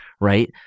right